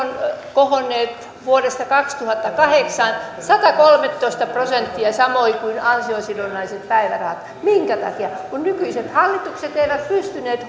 vuodesta kaksituhattakahdeksan kohonneet satakolmetoista prosenttia samoin kuin ansiosidonnaiset päivärahat minkä takia kun nykyiset hallitukset eivät pystyneet